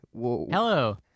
Hello